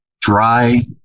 dry